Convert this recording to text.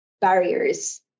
barriers